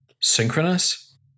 synchronous